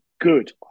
good